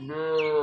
ম